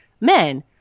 men